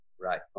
Right